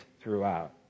throughout